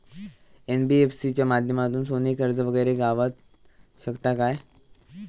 NBFC च्या माध्यमातून सोने कर्ज वगैरे गावात शकता काय?